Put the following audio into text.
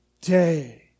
day